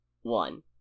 one